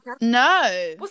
No